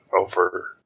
over